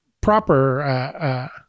proper